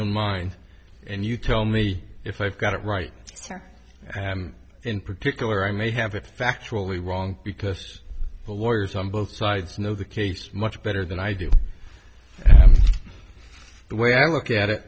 own mind and you tell me if i've got it right and in particular i may have it factually wrong because the lawyers on both sides know the case much better than i do and the way i look at it